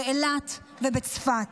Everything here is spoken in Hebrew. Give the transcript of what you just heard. באילת ובצפת.